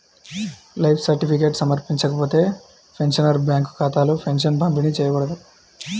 life certificate సమర్పించకపోతే, pensioner bank ఖాతాలో pension పంపిణీ చేయబడదు